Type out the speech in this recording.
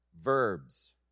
verbs